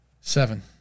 Seven